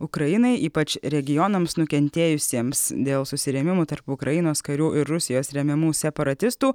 ukrainai ypač regionams nukentėjusiems dėl susirėmimų tarp ukrainos karių ir rusijos remiamų separatistų